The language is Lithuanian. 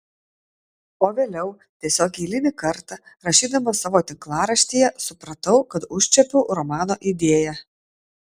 o vėliau tiesiog eilinį kartą rašydamas savo tinklaraštyje supratau kad užčiuopiau romano idėją